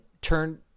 turn